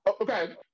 okay